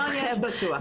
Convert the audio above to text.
ניסיון יש, זה בטוח.